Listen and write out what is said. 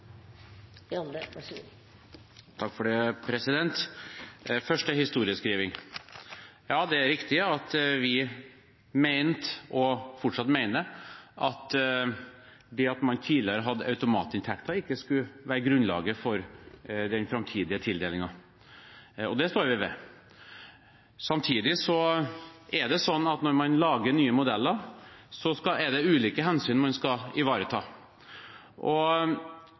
at det at man tidligere hadde automatinntekter, ikke skulle være grunnlag for den framtidige tildelingen. Det står vi ved. Samtidig er det slik at når man lager nye modeller, er det ulike hensyn man skal ivareta. Som jeg sa tidligere i debatten: Det er fordeler og